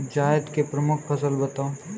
जायद की प्रमुख फसल बताओ